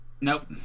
Nope